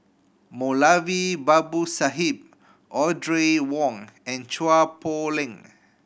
Moulavi Babu Sahib Audrey Wong and Chua Poh Leng